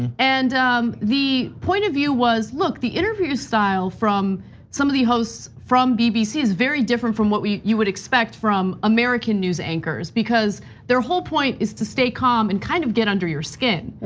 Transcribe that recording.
and the point of view was, look, the interview style from some of the hosts from bbc is very different from what you would expect from american news anchors, because their whole point is to stay calm and kind of get under your skin.